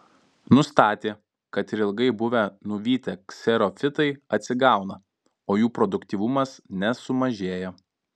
nustatė kad ir ilgai buvę nuvytę kserofitai atsigauna o jų produktyvumas nesumažėja